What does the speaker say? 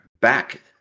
back